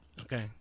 Okay